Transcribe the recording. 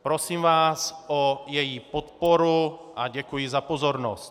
Prosím vás o její podporu a děkuji za pozornost.